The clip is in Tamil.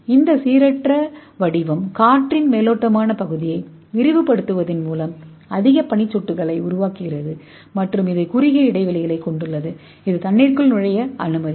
இந்த சீரற்ற வடிவம் காற்றின் மேலோட்டமான பகுதியை விரிவுபடுத்துவதன் மூலம் அதிக பனி சொட்டுகளை உருவாக்குகிறது மற்றும் இது குறுகிய இடைவெளிகளைக் கொண்டுள்ளது இது தண்ணீரை நுழைய அனுமதிக்கும்